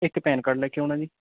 ਇੱਕ PAN card ਲੈ ਕੇ ਆਉਣਾ ਜੀ